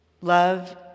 Love